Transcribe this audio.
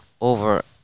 over